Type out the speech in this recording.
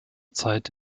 zeit